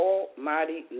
Almighty